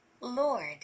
Lord